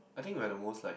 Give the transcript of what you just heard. I think like the most like